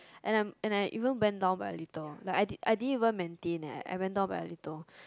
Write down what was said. and I and I even went down by a little I didn't maintain leh I went down by a little